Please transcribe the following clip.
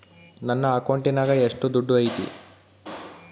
ನನ್ನ ಅಕೌಂಟಿನಾಗ ಎಷ್ಟು ದುಡ್ಡು ಐತಿ?